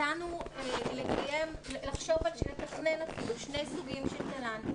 הצענו לתכנן שני סוגי תל"ן.